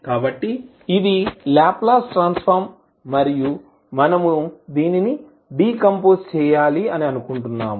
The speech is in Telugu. కాబట్టి ఇది లాప్లాస్ ట్రాన్స్ ఫార్మ్ మరియు మనము దీనిని డీకంపోజ్ చేయాలి అని అనుకుంటున్నాను